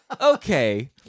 Okay